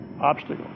obstacle